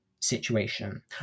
situation